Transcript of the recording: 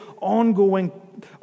ongoing